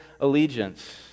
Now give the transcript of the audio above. allegiance